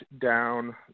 down